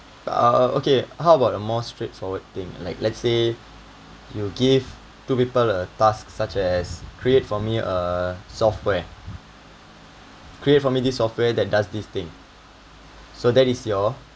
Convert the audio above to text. ah okay how about the more straightforward thing like let's say you give two people a task such as create for me uh software create for me this software that does this thing so that is your